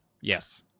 yes